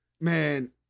Man